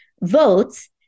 votes